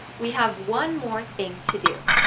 we have one more thing to do